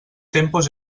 tempos